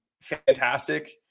fantastic